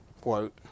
quote